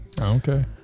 Okay